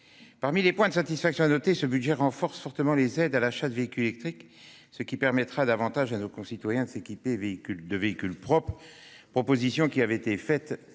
Parmi les points de satisfaction à noter, ce budget renforce fortement les aides à l'achat de véhicules électriques, ce qui permettra à davantage de nos concitoyens de s'équiper de véhicules propres, dans la continuité des propositions